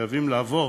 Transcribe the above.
שלפעמים חייבים לעבור